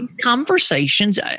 conversations